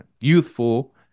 youthful